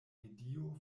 medio